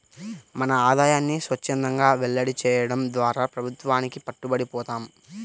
మన ఆదాయాన్ని స్వఛ్చందంగా వెల్లడి చేయడం ద్వారా ప్రభుత్వానికి పట్టుబడి పోతాం